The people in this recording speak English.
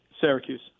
Syracuse